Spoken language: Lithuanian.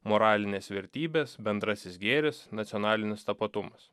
moralines vertybės bendrasis gėris nacionalinis tapatumas